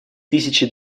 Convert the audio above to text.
тысячи